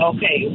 Okay